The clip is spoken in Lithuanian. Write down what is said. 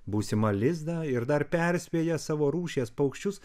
būsimą lizdą ir dar perspėja savo rūšies paukščius